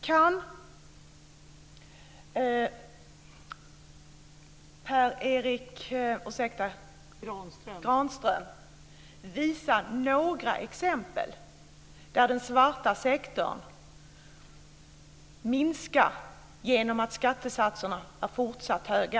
Kan Per Erik Granström visa några exempel där den svarta sektorn minskar genom att skattesatserna är fortsatt höga?